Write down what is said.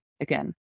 again